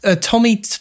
Tommy